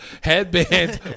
Headbands